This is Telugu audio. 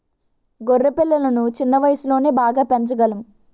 గొర్రె పిల్లలను చిన్న వయసులోనే బాగా పెంచగలం